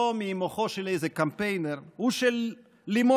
לא ממוחו שלי איזה קמפיינר, הוא של לימור